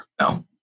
No